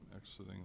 exiting